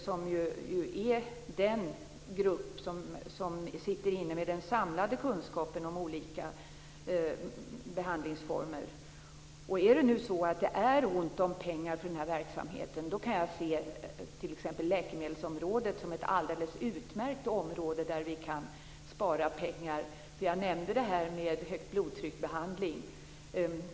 Det är ju den grupp som sitter inne med den samlade kunskapen om olika behandlingsformer. Är det nu så att det är ont om pengar för den här verksamheten kan jag se t.ex. läkemedelsområdet som ett alldeles utmärkt område där vi kan spara pengar. Jag nämnde behandling för högt blodtryck.